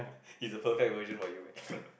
he's a perfect version for you man